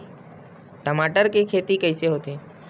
टमाटर के खेती कइसे होथे?